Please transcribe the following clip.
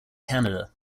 canada